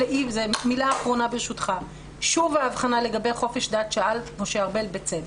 שוב האבחנה לגבי חופש דת, שאל משה ארבל בצדק.